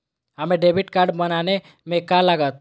हमें debit card बनाने में का लागत?